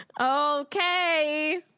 Okay